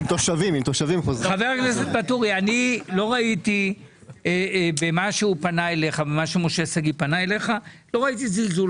לא ראיתי במה שמשה שגיא פנה אליך - זלזול.